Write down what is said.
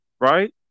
right